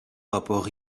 rapport